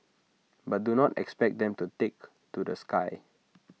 but do not expect them to take to the sky